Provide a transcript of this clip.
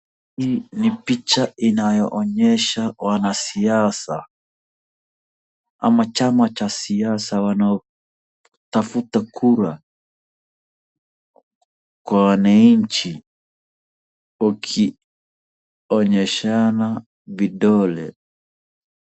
Ni picha inayoonyesha wanasiaisa ama chama cha kiasa wanaotafuta kura kwa wananchi wakionyeshana kidole.